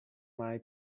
mai